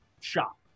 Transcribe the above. shop